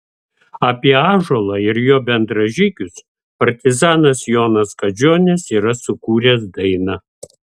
apie ąžuolą ir jo bendražygius partizanas jonas kadžionis yra sukūręs dainą